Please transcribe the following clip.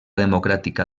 democràtica